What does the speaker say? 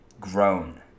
grown